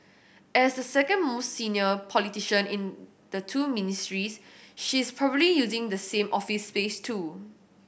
as the second most senior politician in the two ministries she is probably using the same office space too